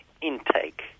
intake